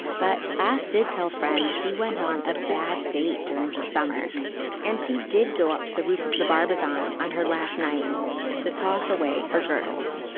but plath did tell friends she went on a bad date during her summer and she did go up to the roof of the bar but basin on on her last night to toss away her girdles